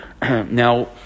Now